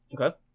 Okay